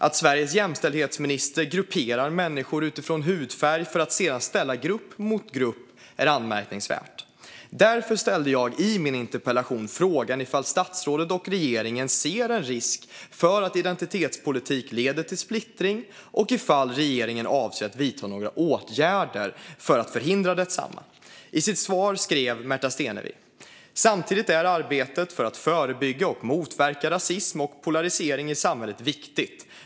Att Sveriges jämställdhetsminister grupperar människor utifrån hudfärg för att sedan ställa grupp mot grupp är anmärkningsvärt. I min interpellation ställde jag därför frågan om statsrådet och regeringen ser en risk för att identitetspolitik leder till splittring och om regeringen avser att vidta några åtgärder för att förhindra densamma. I sitt svar sa Märta Stenevi: "Samtidigt är arbetet med att förebygga och motverka rasism och polarisering i samhället viktigt.